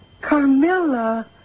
Carmilla